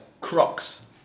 Crocs